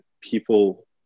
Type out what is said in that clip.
people